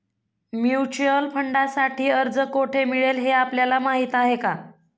Mutual फंडांसाठी अर्ज कोठे मिळेल हे आपल्याला माहीत आहे का?